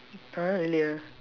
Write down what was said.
!huh! really ah